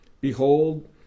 Behold